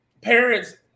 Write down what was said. parents